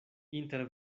inter